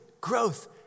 growth